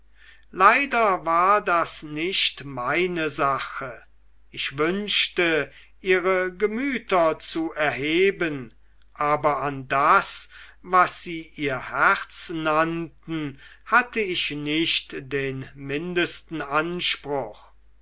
leider war das nicht meine sache ich wünschte ihre gemüter zu erheben aber an das was sie ihr herz nannten hatte ich nicht den mindesten anspruch